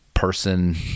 person